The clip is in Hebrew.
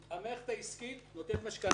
המערכת העסקית נותנת משכנתאות.